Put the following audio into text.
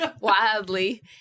wildly